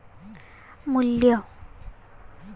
मू्ल्य